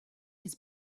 his